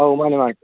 ꯑꯧ ꯃꯥꯅꯦ ꯃꯥꯅꯦ